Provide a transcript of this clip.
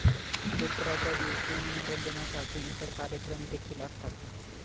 क्षेत्राच्या दिवशी मनोरंजनासाठी इतर कार्यक्रम देखील असतात